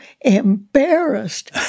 embarrassed